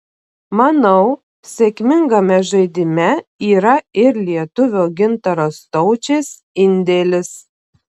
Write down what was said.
manau sėkmingame žaidime yra ir lietuvio gintaro staučės indėlis